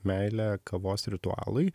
meilę kavos ritualui